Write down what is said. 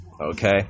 Okay